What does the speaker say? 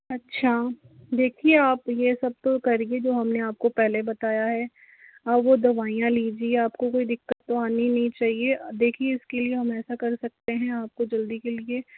अच्छा देखिए आप ये सब तो करिए जो हमने आपको पहले बताया है और वो दवाइयां लीजिए आपको कोई दिक्कत तो आनी ही नहीं चाहिए देखिये इसके लिए हम ऐसा कर सकते हैं आपको जल्दी के लिए